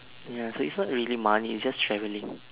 ya so it's not really money it's just travelling